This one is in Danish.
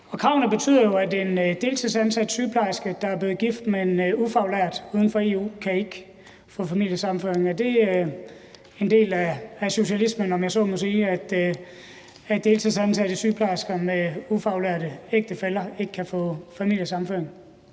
kravene betyder jo, at en deltidsansat sygeplejerske, der er blevet gift med en ufaglært fra et land uden for EU, ikke kan få familiesammenføring. Er det en del af socialismen, om jeg så må sige, at deltidsansatte sygeplejersker med ufaglærte ægtefæller ikke kan få familiesammenføring?